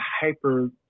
hyper